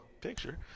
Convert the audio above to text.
picture